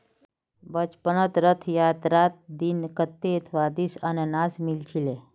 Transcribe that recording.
बचपनत रथ यात्रार दिन कत्ते स्वदिष्ट अनन्नास मिल छिले